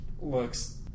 looks